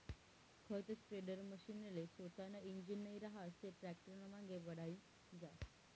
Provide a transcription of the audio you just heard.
खत स्प्रेडरमशीनले सोतानं इंजीन नै रहास ते टॅक्टरनामांगे वढाई जास